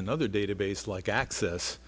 another database like access